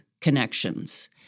connections